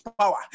power